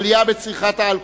1204,